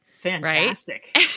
Fantastic